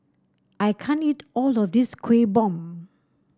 I can't eat all this Kueh Bom